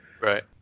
Right